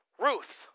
Ruth